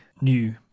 new